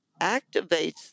activates